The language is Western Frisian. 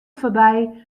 foarby